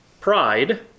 Pride